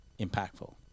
impactful